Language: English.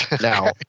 Now